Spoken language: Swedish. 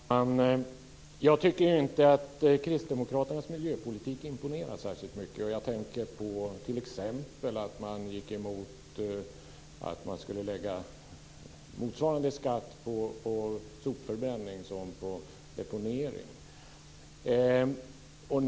Fru talman! Jag tycker inte att kristdemokraternas miljöpolitik imponerar särskilt mycket. Jag tänker t.ex. på att de gick emot att man skulle lägga en skatt på sopförbränning motsvarande den på deponering.